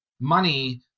money